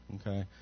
Okay